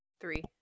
three